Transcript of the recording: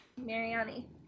Mariani